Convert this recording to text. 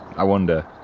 i wonder.